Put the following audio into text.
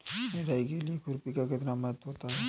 निराई के लिए खुरपी का कितना महत्व होता है?